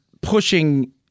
pushing